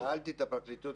שאלתי את הפרקליטות,